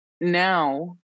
now